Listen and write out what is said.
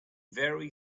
very